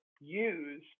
use